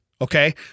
okay